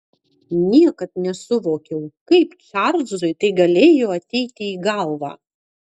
niekad nesuvokiau kaip čarlzui tai galėjo ateiti į galvą